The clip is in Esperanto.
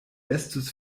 estus